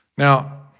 Now